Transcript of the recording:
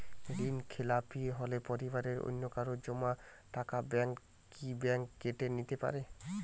ঋণখেলাপি হলে পরিবারের অন্যকারো জমা টাকা ব্যাঙ্ক কি ব্যাঙ্ক কেটে নিতে পারে?